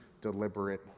deliberate